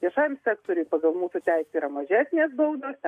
viešąjam sektoriuj pagal mūsų teisę yra mažesnės baudos